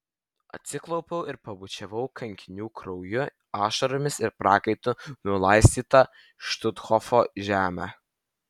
atsiklaupiau ir pabučiavau kankinių krauju ašaromis ir prakaitu nulaistytą štuthofo žemę